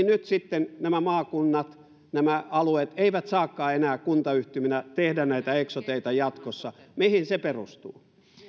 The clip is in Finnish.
nyt sitten nämä maakunnat nämä alueet eivät saakaan enää kuntayhtyminä tehdä näitä eksoteita jatkossa mihin se perustuu